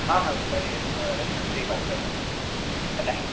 हाँ मैं रुपाली रेस्टोरेंट से ही बात कर रहा हूँ मैं बताएं